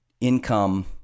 income